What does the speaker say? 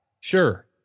Sure